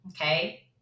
okay